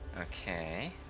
Okay